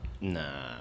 Nah